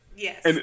yes